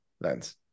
Lens